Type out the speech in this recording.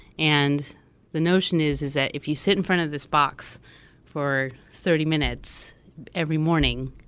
and the notion is, is that if you sit in front of this box for thirty minutes every morning,